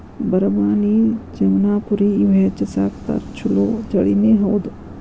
ಬರಬಾನಿ, ಜಮನಾಪುರಿ ಇವ ಹೆಚ್ಚ ಸಾಕತಾರ ಚುಲೊ ತಳಿನಿ ಹೌದ